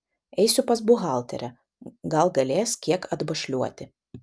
eisiu pas buhalterę gal galės kiek atbašliuoti